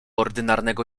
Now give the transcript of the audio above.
ordynarnego